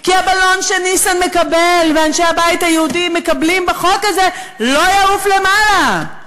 כי הבלון שניסן מקבל ואנשי הבית היהודי מקבלים בחוק הזה לא יעוף למעלה.